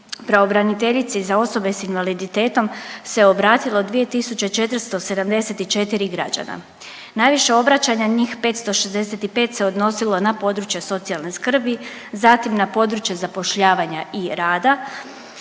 pravobraniteljici za osobe s invaliditetom se obratilo 2.474 građana. Najviše obraćanja njih 565 se odnosilo na područje socijalne skrbi, zatim na područje zapošljavanja i rada